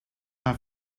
have